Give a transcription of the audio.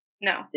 No